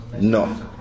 No